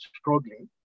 struggling